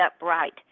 upright